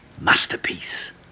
masterpiece